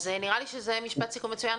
נראה לי שזה משפט סיכום מצוין.